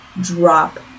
Drop